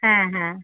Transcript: হ্যাঁ হ্যাঁ